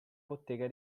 bottega